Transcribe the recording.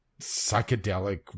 psychedelic